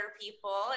people